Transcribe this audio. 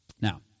Now